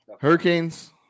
Hurricanes